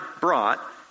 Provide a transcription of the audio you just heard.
brought